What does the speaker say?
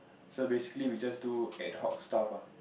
so basically we just do ad hoc stuff ah